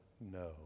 no